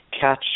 catch